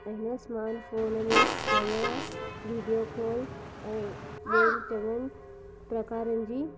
ऐं हिन स्मांत फ़ोन में कैमरा विडियो कॉल ऐं ॿियनि चङनि प्रकारनि जी